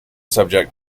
subject